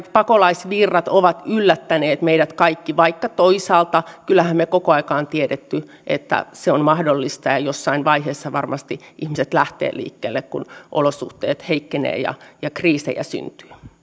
pakolaisvirrat ovat yllättäneet meidät kaikki vaikka toisaalta kyllähän me koko ajan olemme tienneet että se on mahdollista ja jossain vaiheessa varmasti ihmiset lähtevät liikkeelle kun olosuhteet heikkenevät ja ja kriisejä syntyy